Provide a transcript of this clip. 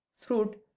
Fruit